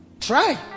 Try